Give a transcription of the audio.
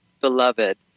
beloved